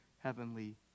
Heavenly